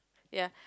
ya